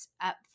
up